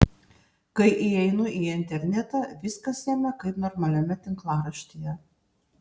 kai įeinu į internetą viskas jame kaip normaliame tinklaraštyje